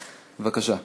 בבקשה.